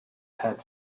had